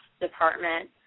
department